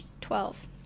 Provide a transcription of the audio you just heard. Twelve